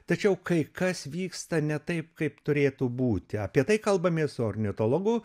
tačiau kai kas vyksta ne taip kaip turėtų būti apie tai kalbamės su ornitologu